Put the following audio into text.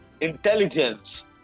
intelligence